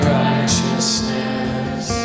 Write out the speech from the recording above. righteousness